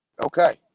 Okay